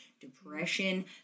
depression